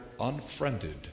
unfriended